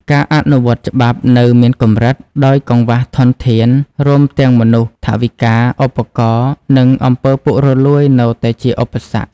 ការអនុវត្តច្បាប់នៅមានកម្រិត ដោយកង្វះធនធាន រួមទាំងមនុស្ស ថវិកា ឧបករណ៍ និងអំពើពុករលួយនៅតែជាឧបសគ្គ។